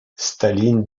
staline